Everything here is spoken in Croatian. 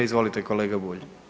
Izvolite kolega Bulj.